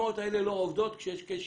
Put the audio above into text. הסיסמאות האלה לא עוזרות כשיש כשל.